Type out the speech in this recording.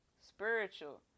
Spiritual